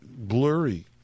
blurry